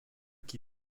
qui